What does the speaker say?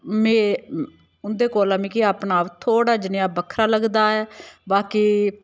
में उं'दे कोला मिकी अपना आप थोह्ड़ा जनेहा बक्खरा लगदा ऐ बाकी